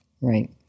right